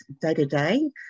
day-to-day